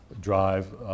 drive